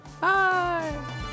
Bye